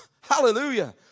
Hallelujah